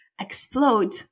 explode